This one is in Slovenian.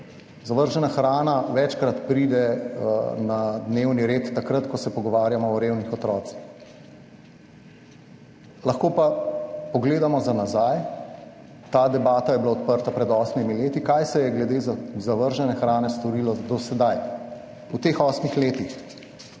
Zavržena hrana večkrat pride na dnevni red takrat, ko se pogovarjamo o revnih otrocih. Lahko pa pogledamo za nazaj, ta debata je bila odprta pred osmimi leti – kaj se je glede zavržene hrane storilo do sedaj v teh osmih letih.